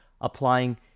applying